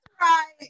Right